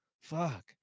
Fuck